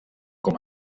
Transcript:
com